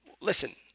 listen